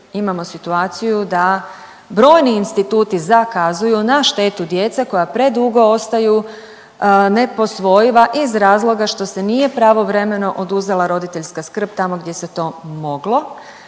imamo situaciju da brojni instituti zakazuju na štetu djece koja predugo ostaju neposvojiva iz razloga što se nije pravovremeno oduzela roditeljska skrb tamo gdje se to moglo.